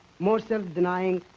more self-denying,